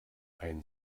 ein